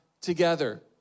together